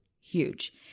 Huge